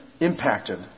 impacted